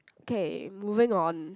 okay moving on